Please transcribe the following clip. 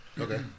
Okay